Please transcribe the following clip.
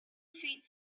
sweet